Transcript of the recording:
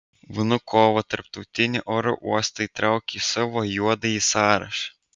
vnukovo tarptautinį oro uostą įtraukė į savo juodąjį sąrašą